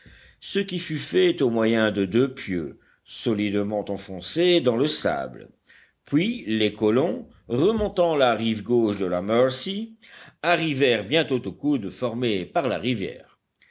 ce qui fut fait au moyen de deux pieux solidement enfoncés dans le sable puis les colons remontant la rive gauche de la mercy arrivèrent bientôt au coude formé par la rivière